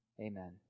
Amen